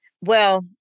Well-